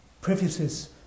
prefaces